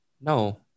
no